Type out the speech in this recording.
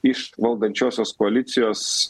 iš valdančiosios koalicijos